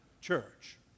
Church